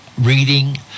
reading